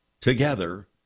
together